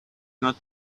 not